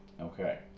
Okay